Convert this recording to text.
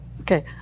Okay